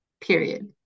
period